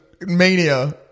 mania